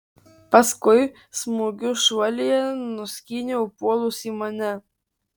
paskui smūgiu šuolyje nuskyniau puolusį mane